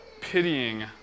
pitying